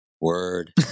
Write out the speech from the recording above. word